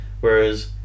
Whereas